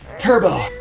turbo.